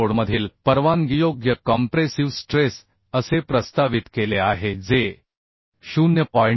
कोडमधील परवानगीयोग्य compressive stress असे प्रस्तावित केले आहे जे 0